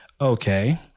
Okay